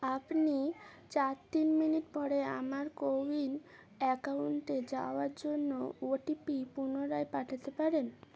আপনি চার তিন মিনিট পরে আমার কোউইন অ্যাকাউন্টে যাওয়ার জন্য ওটিপি পুনরায় পাঠাতে পারেন